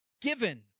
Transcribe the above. Given